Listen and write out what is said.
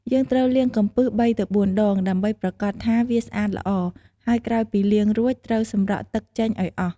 យើងត្រូវលាងកំពឹស៣ទៅ៤ដង ដើម្បីប្រាកដថាវាស្អាតល្អ ហើយក្រោយពីលាងរួច ត្រូវសម្រក់ទឹកចេញឱ្យអស់។